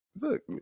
look